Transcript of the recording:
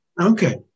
okay